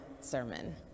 sermon